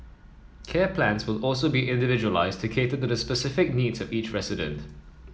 care plans will also be individualised to cater to the specific needs of each resident